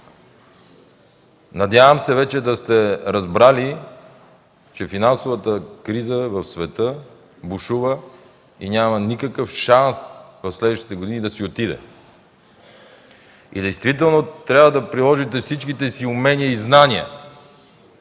Надявам се вече да сте разбрали, че финансовата криза в света бушува и няма никакъв шанс в следващите години да си отиде. Действително трябва да приложите всичките си умения и знания.